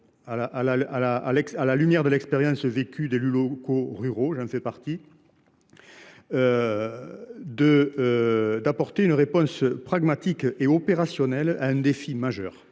à la lumière de l’expérience vécue des élus locaux ruraux, dont je fais partie, d’apporter une réponse pragmatique et opérationnelle à un défi majeur.